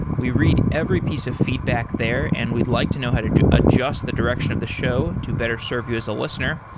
we read every piece of feedback there and we'd like to know how to to adjust the direction of the show to better serve you as a listener.